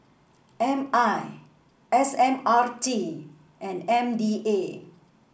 M I S M R T and M D A